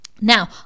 Now